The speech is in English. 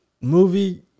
movie